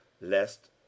lest